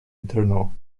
eternal